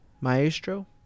maestro